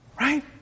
Right